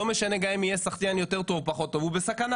לא משנה אם הוא שחיין יותר טוב או פחות טוב הוא בסכנה.